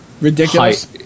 Ridiculous